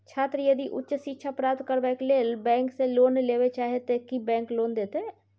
छात्र यदि उच्च शिक्षा प्राप्त करबैक लेल बैंक से लोन लेबे चाहे ते की बैंक लोन देतै?